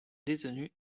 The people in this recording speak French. détenus